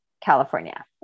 California